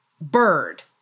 Bird